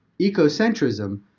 ecocentrism